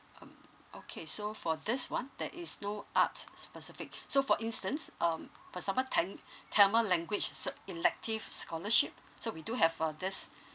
um okay so for this one that is no art specific so for instance um for example tam~ tamil language is a elective scholarship so we do have uh this